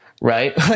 right